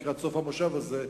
לקראת סוף המושב הזה,